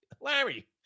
Larry